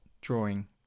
drawing